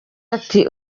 ati